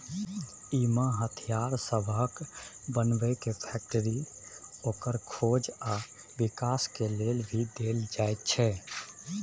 इमे हथियार सबहक बनेबे के फैक्टरी, ओकर खोज आ विकास के लेल भी देल जाइत छै